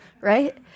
right